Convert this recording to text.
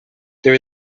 there